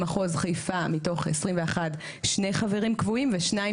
במחוז חיפה מתוך 21 שני חברים קבועים ושניים